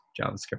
JavaScript